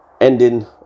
Ending